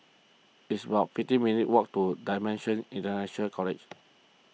it's about fifteen minutes' walk to Dimensions International College